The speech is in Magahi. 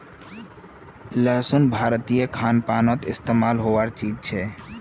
लहसुन भारतीय खान पानोत इस्तेमाल होबार चीज छे